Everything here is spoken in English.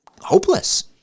hopeless